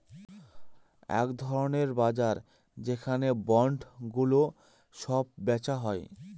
এক ধরনের বাজার যেখানে বন্ডগুলো সব বেচা হয়